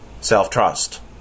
self-trust